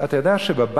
אתה יודע שבבנקים